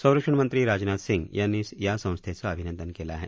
संरक्षण मंत्री राजनाथ सिंग यांनी संस्थेचं अभिनंदन केलं आहे